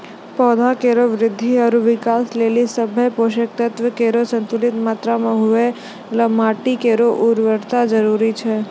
पौधा केरो वृद्धि आरु विकास लेलि सभ्भे पोसक तत्व केरो संतुलित मात्रा म होवय ल माटी केरो उर्वरता जरूरी छै